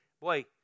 boy